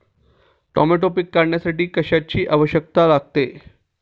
Tomato पीक काढण्यासाठी कशाची आवश्यकता लागते?